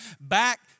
back